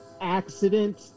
accident